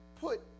put